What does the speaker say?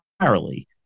entirely